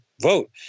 vote